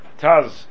Taz